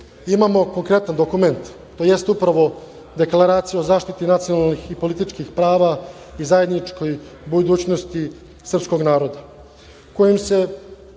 imamo konkretan dokument, to jeste upravo Deklaracija o zaštiti nacionalnih i političkih prava i zajedničkoj budućnosti srpskog naroda, kojom se